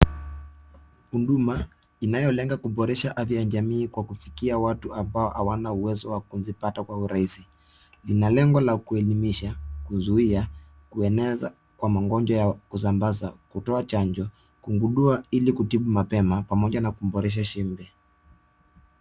Huduma inayolenga kuboresha afya ya jamii, kwa kufikia watu ambao hawana uwezo wa kuipata rahisi. Lina lengo la kuelimisha, kuzuiya, kueneza kwa magonjwa ya kusambaza, kutoa chanjo, kugundua ili kutibu mapema, pamoja na kuboresha shibe.